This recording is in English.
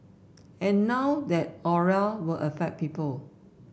and now that aura will affect people